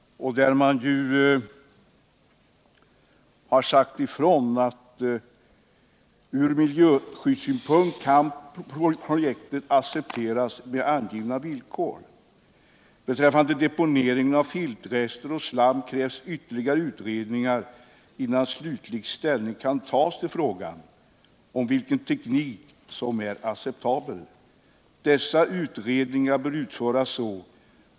De har sagt ifrån att projektet ur miljöskyddssynpunkt kan accepteras med angivna villkor. Beträffande deponeringen av filterrester och slam betonar de att ytterligare utredningar behövs, innan slutlig ställning kan tas till frågan om vilken teknik som är acceptabel. Dessa utredningar bör utföras så.